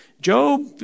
Job